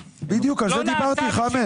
בדיוק, על זה דיברתי, חמד.